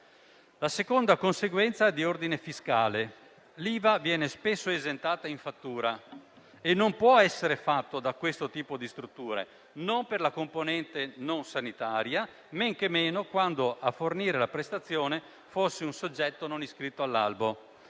La seconda conseguenza è di ordine fiscale: l'IVA viene spesso esentata in fattura e ciò non può essere fatto da questo tipo di strutture, non per la componente non sanitaria, men che meno quando a fornire la prestazione fosse un soggetto non iscritto all'albo.